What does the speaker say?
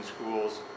schools